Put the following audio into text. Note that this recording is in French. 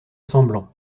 semblant